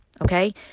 Okay